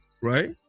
right